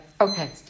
Okay